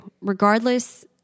Regardless